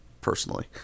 personally